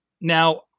now